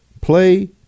Play